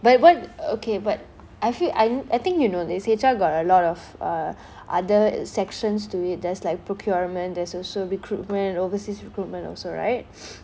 but what okay but I feel I I think you know this H_R got a lot of uh other sections to it there's like procurement there's also recruitment overseas recruitment also right